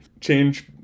change